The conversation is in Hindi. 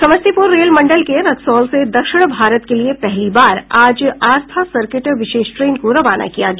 समस्तीपूर रेल मंडल के रक्सौल से दक्षिण भारत के लिए पहली बार आज आस्था सर्किट विशेष ट्रेन को रवाना किया गया